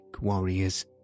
warriors